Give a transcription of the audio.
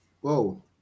Whoa